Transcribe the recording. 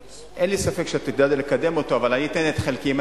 אין לי ספק שאתה תדע לקדם אותו אבל אני אתן את חלקי.